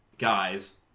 Guys